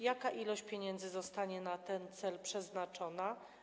Jaka ilość pieniędzy zostanie na ten cel przeznaczona?